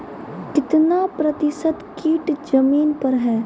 कितना प्रतिसत कीट जमीन पर हैं?